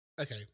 Okay